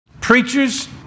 Preachers